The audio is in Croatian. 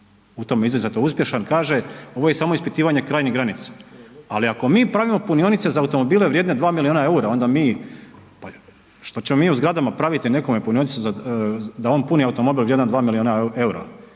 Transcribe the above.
u tome izuzetno uspješan kaže ovo je samo ispitivanje krajnjih granica, ali ako mi pravimo punionice za automobile vrijedne 2 milijuna EUR-a, onda mi, pa što ćemo mi u zgradama praviti nekome punionice za, da on puni automobil vrijedan 2 milijuna EUR-a,